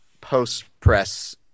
post-press